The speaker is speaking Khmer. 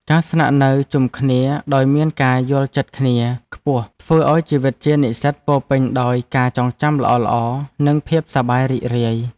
ការស្នាក់នៅជុំគ្នាដោយមានការយល់ចិត្តគ្នាខ្ពស់ធ្វើឱ្យជីវិតជានិស្សិតពោរពេញដោយការចងចាំល្អៗនិងភាពសប្បាយរីករាយ។